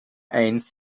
eins